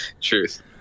Truth